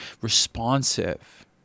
responsive